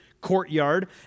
courtyard